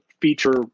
feature